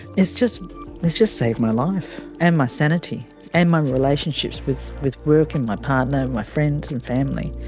it's just it's just saved my life and my sanity and my relationships with with work and my partner, my friends and family.